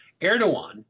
Erdogan